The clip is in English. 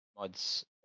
mods